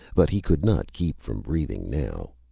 but he could not keep from breathing now.